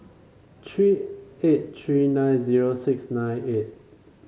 three eight three nine zero six nine eight